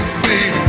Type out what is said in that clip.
see